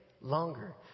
longer